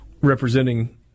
representing